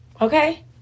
okay